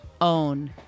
own